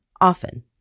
often